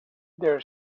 their